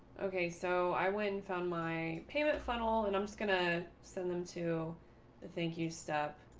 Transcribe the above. ok, so i went and found my payment funnel and i'm just going to send them to the thank you step.